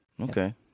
Okay